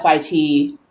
FIT